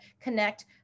connect